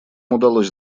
удалось